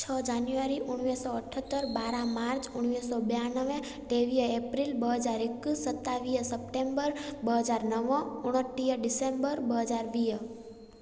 छह जनवरी उणिवीह सौ अठहतर ॿारहां मार्च उणिवीह सौ ॿियानवे टेवीह अप्रेल ॿ हजार हिकु सतावीह सप्टेंबर ॿ हज़ार नव उणटीह डिसेंबर ॿ हज़ार वीह